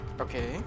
Okay